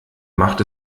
macht